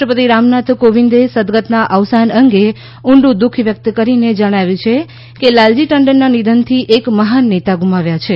રાષ્ટ્રપતિ રામનાથ કોવિંદે સદગતના અવસાન અંગે ઊંડુ દુઃખ વ્યક્ત કરીને જણાવ્યું છે કે લાલજી ટંડનના નિધનથી એક મહાન નેતા ગુમાવ્યા છે